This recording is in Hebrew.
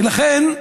ולכן,